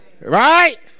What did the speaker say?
Right